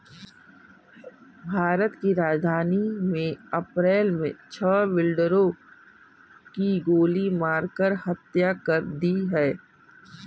भारत की राजधानी में अप्रैल मे छह बिल्डरों की गोली मारकर हत्या कर दी है